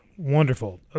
Wonderful